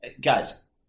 Guys